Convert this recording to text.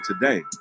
today